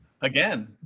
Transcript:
again